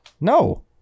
no